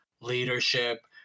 leadership